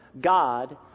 God